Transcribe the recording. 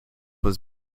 was